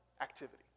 activity